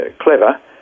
clever